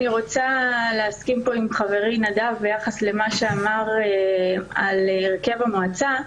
אני רוצה להסכים פה עם חברי נדב ביחס למה שאמר על הרכב המועצה.